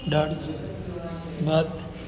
દાળ ભાત